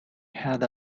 had